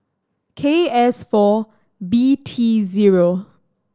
K S four B T zero